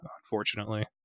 unfortunately